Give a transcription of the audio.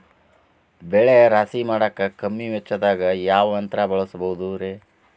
ಬೆಳೆ ರಾಶಿ ಮಾಡಾಕ ಕಮ್ಮಿ ವೆಚ್ಚದಾಗ ಯಾವ ಯಂತ್ರ ಬಳಸಬಹುದುರೇ?